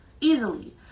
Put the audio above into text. easily